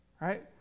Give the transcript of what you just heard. right